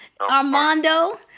Armando